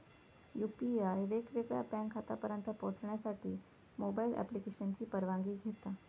UPI वेगवेगळ्या bank खात्यांपर्यंत पोहचण्यासाठी मोबाईल ॲप्लिकेशनची परवानगी घेता